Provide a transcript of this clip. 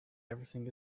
everything